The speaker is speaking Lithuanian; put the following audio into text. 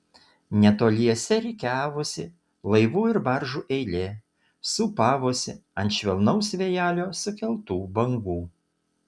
netoliese rikiavosi laivų ir baržų eilė sūpavosi ant švelnaus vėjelio sukeltų bangų